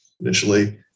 Initially